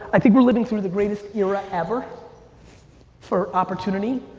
i think we're living through the greatest era ever for opportunity.